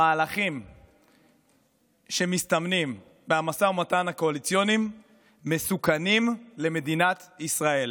המהלכים שמסתמנים במשא ומתן הקואליציוני מסוכנים למדינת ישראל,